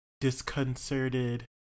disconcerted